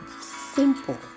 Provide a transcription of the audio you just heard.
simple